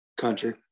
Country